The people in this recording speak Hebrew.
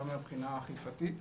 גם מהבחינה האכפיתית.